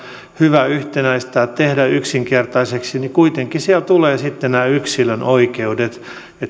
hyvä yhtenäistää ja tehdä yksinkertaiseksi niin kuitenkin siellä tulevat sitten nämä yksilön oikeudet että